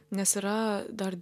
nes yra dar